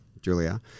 Julia